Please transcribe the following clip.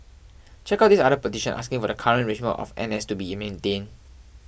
check out this other petition asking for the current arrangement of N S to be maintained